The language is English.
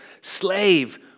slave